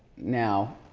now,